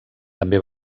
també